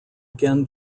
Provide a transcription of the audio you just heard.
again